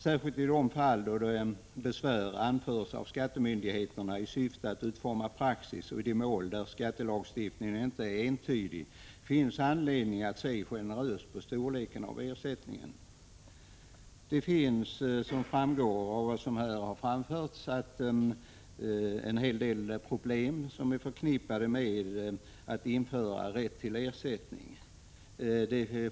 Särskilt i de fall då besvär anförs av skattemyndigheterna i syfte att utforma praxis och i de mål där skattelagstiftningen inte är entydig finns det anledning att se generöst på frågan om ersättningens storlek. Som framgår av vad som här har sagts finns en hel del problem förknippade med att införa rätt till ersättning.